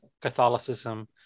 Catholicism